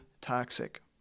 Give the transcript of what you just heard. toxic